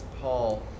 Paul